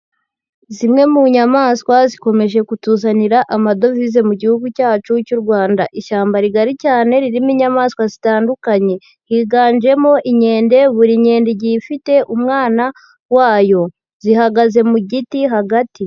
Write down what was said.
Zimwe mu nyamaswa zikomeje kutuzanira amadovize mu gihugu cyacu cy'u Rwanda, ishyamba rigari cyane ririmo inyamaswa zitandukanye, higanjemo inyende buri nyende igiye ifite umwana wayo, zihagaze mu giti hagati.